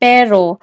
Pero